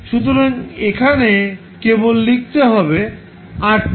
সুতরাং এখানে কেবল লিখতে হবে RTh